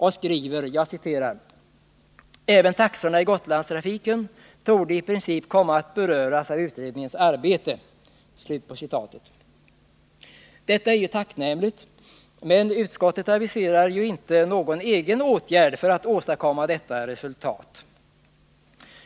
Utskottet skriver: ”Även taxorna i Gotlandstrafiken torde i princip komma att beröras av utredningens arbete.” Detta är tacknämligt, men utskottet aviserar inte någon egen åtgärd för att åstadkomma detta resultat.